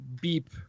beep